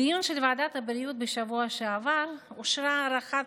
בדיון של ועדת הבריאות בשבוע שעבר אושרה הארכת